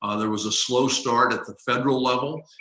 ah there was a slow start at the federal level.